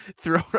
throw